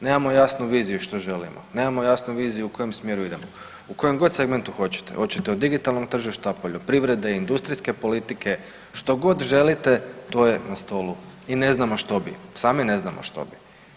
Nemamo jasnu viziju što želimo, nemamo jasnu viziju u kojem smjeru idemo u kojem god segmentu hoćete, oćete u digitalnom tržištu, poljoprivrede, industrijske politike, što god želite to je na stolu i ne znamo što bi, sami ne znamo što bi.